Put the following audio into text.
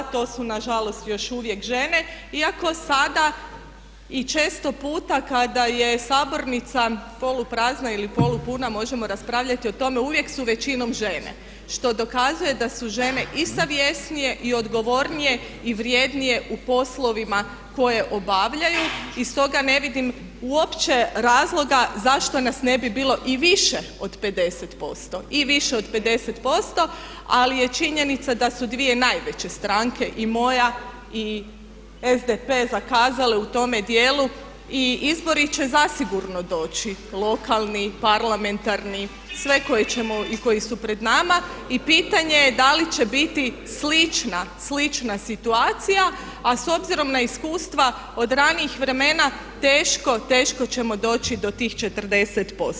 To su nažalost još uvijek žene iako sada i često puta kada je sabornica poluprazna ili polupuna možemo raspravljati o tome uvijek su većinom žene što dokazuje da su žene i savjesnije i odgovornije i vrjednije u poslovima koje obavljaju i stoga ne vidim uopće razloga zašto nas ne bi bilo i više od 50%, i više od 50% ali je činjenica da su dvije najveće stranke i moja i SDP zakazale u tome dijelu i izbori će zasigurno doći, lokalni, parlamentarni, sve koje ćemo i koji su pred nama i pitanje je da li će biti slična situacija a s obzirom na iskustva od ranijih vremena teško ćemo doći do tih 40%